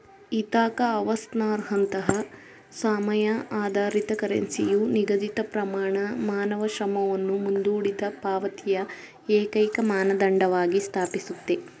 Ithaca ಅವರ್ಸ್ನಂತಹ ಸಮಯ ಆಧಾರಿತ ಕರೆನ್ಸಿಯು ನಿಗದಿತಪ್ರಮಾಣ ಮಾನವ ಶ್ರಮವನ್ನು ಮುಂದೂಡಿದಪಾವತಿಯ ಏಕೈಕಮಾನದಂಡವಾಗಿ ಸ್ಥಾಪಿಸುತ್ತೆ